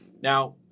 Now